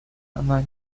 она